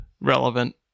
relevant